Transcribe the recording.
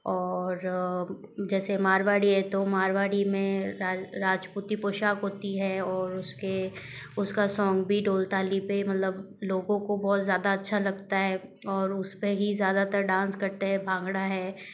और जैसे मारवाड़ी हैं तो मारवाड़ी में राज राजपूती पोशाक होती है और उसके उसका सॉन्ग भी ढोल थाली पर मतलब लोगों को बहुत ज़्यादा अच्छा लगता है और उसपे ही ज़्यादातर डांस करते हैं भांगड़ा है